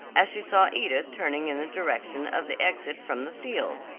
as she saw edith turning in the direction of the exit from the field.